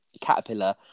Caterpillar